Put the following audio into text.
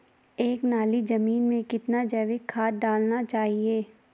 एक नाली जमीन में कितना जैविक खाद डालना चाहिए?